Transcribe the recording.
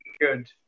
good